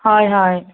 হয় হয়